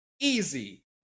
Easy